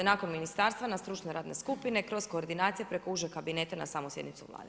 Nakon ministarstva na stručne radne skupine kroz koordinacije preko užeg kabineta na samu sjednicu Vlade.